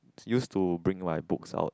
used to bring my books out